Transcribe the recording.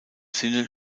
sinne